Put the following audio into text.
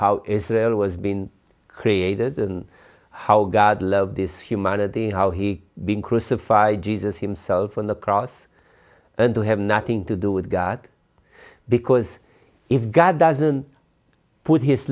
how israel was been created and how god love this humanity how he being crucified jesus himself on the cross and to have nothing to do with god because if god doesn't put his